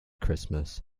christmas